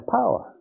power